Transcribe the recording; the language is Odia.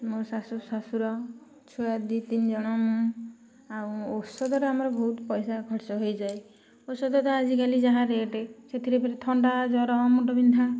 ମୋ ଶାଶୂ ଶ୍ୱଶୁର ଛୁଆ ଦୁଇ ତିନିଜଣ ମୁଁ ଆଉ ଔଷଧଟା ଆମର ବହୁତ ପଇସା ଖର୍ଚ୍ଚ ହେଇଯାଏ ଔଷଧ ତ ଆଜିକାଲି ଯାହା ରେଟ ସେଥିରେ ଫେର ଥଣ୍ଡା ଜ୍ଵର ମୁଣ୍ଡବିନ୍ଧା